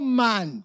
man